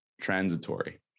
transitory